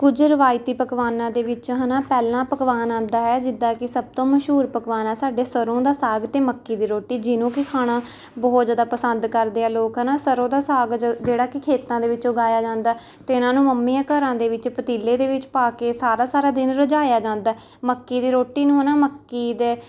ਕੁਝ ਰਵਾਇਤੀ ਪਕਵਾਨਾਂ ਦੇ ਵਿੱਚ ਹੈ ਨਾ ਪਹਿਲਾ ਪਕਵਾਨ ਆਉਂਦਾ ਹੈ ਜਿੱਦਾਂ ਕਿ ਸਭ ਤੋਂ ਮਸ਼ਹੂਰ ਪਕਵਾਨ ਹੈ ਸਾਡੇ ਸਰ੍ਹੋਂ ਦਾ ਸਾਗ ਅਤੇ ਮੱਕੀ ਦੀ ਰੋਟੀ ਜਿਹਨੂੰ ਕਿ ਖਾਣਾ ਬਹੁਤ ਜ਼ਿਆਦਾ ਪਸੰਦ ਕਰਦੇ ਆ ਲੋਕ ਹੈ ਨਾ ਸਰ੍ਹੋਂ ਦਾ ਸਾਗ ਜੋ ਜਿਹੜਾ ਕਿ ਖੇਤਾਂ ਦੇ ਵਿੱਚ ਉਗਾਇਆ ਜਾਂਦਾ ਅਤੇ ਇਨ੍ਹਾਂ ਨੂੰ ਮੰਮੀਆਂ ਘਰਾਂ ਦੇ ਵਿੱਚ ਪਤੀਲੇ ਦੇ ਵਿੱਚ ਪਾ ਕੇ ਸਾਰਾ ਸਾਰਾ ਦਿਨ ਰਿੱਝਾਇਆ ਜਾਂਦਾ ਮੱਕੀ ਦੀ ਰੋਟੀ ਨੂੰ ਹੈ ਨਾ ਮੱਕੀ ਦੇ